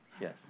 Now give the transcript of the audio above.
Yes